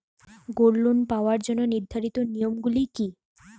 Gold loan পাওয়ার জন্য নির্ধারিত নিয়ম গুলি কি?